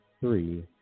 three